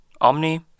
Omni